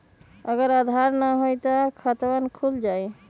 अगर आधार न होई त खातवन खुल जाई?